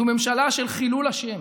זו ממשלה של חילול השם,